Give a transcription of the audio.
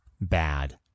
bad